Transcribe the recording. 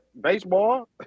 Baseball